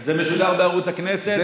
זה משודר בערוץ הכנסת,